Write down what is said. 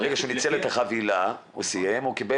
ברגע שהוא ניצל את החבילה, סיים אותה,